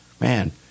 Man